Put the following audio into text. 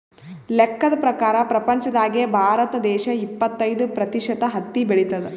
ಲೆಕ್ಕದ್ ಪ್ರಕಾರ್ ಪ್ರಪಂಚ್ದಾಗೆ ಭಾರತ ದೇಶ್ ಇಪ್ಪತ್ತೈದ್ ಪ್ರತಿಷತ್ ಹತ್ತಿ ಬೆಳಿತದ್